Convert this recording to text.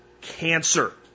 cancer